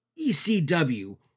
ECW